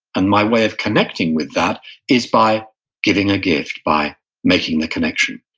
and my way of connecting with that is by giving a gift, by making the connection,